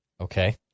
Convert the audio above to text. Okay